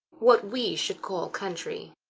what we should call country?